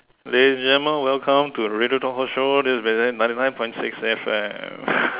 ladies and gentleman welcome to the radio talk show this minute ninety nine point six F_M